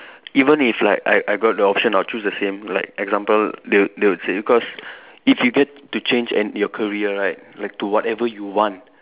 even if like I I got the option I'll choose the same like example they'll they'll say because if you get to change and your career right like to whatever you want